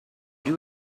you